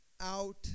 out